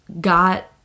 got